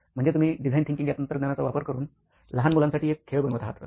म्हणजे तुम्ही design thinking या तंत्रज्ञानाचा वापर करून लहान मुलांसाठी एक खेळ बनवत आहात तर